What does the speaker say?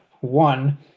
one